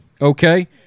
okay